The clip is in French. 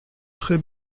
très